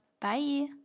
Bye